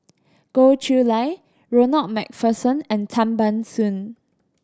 Goh Chiew Lye Ronald Macpherson and Tan Ban Soon